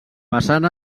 passant